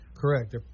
correct